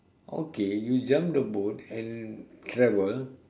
okay you jump the boat and travel